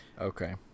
Okay